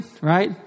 right